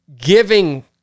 giving